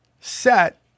set